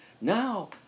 Now